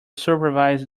supervise